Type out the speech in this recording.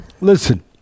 listen